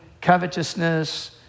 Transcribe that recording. covetousness